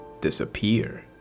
disappear